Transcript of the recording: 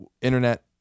internet